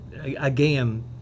again